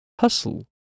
hustle